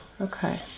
Okay